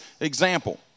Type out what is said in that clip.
example